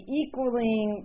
equaling